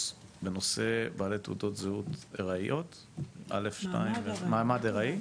בנושא בעלי תעודות זהות עם מעמד ארעי?